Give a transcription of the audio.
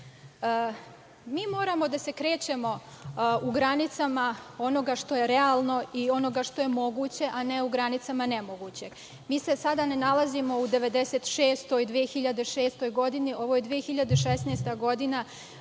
moramo da se krećemo u granicama onoga što je realno i što je moguće, a ne u granicama nemogućeg. Mi se sada ne nalazimo u 1996. godini, 2006. godini,